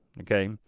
okay